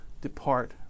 depart